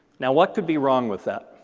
now, what could be wrong with that?